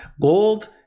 Gold